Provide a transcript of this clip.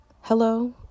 Hello